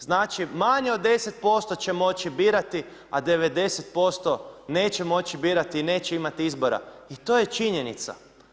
Znači manje od 10% će moći birati a 90% neće moći birati i neće imati izbora i to je činjenica.